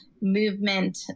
movement